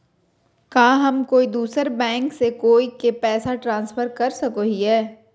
का हम कोई दूसर बैंक से कोई के पैसे ट्रांसफर कर सको हियै?